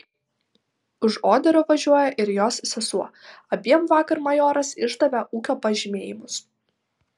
už oderio važiuoja ir jos sesuo abiem vakar majoras išdavė ūkio pažymėjimus